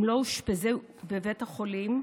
אושפזו בבית החולים.